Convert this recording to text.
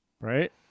Right